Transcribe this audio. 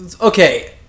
Okay